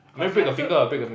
cause you have to